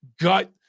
gut